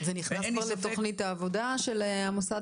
ואין לי ספק --- זה נכנס כבר לתוכנית העבודה של המוסד